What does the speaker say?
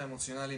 מצב רגיש,